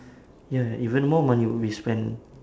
ya even more money would be spent